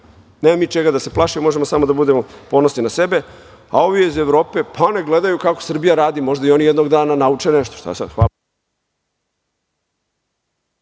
Nemamo mi čega da se plašimo. Možemo samo da budemo ponosni na sebe, a ovi iz Evrope neka gledaju kako Srbija radi, pa možda i oni jednog dana nauče nešto.